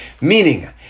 Meaning